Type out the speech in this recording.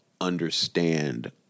understand